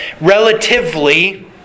relatively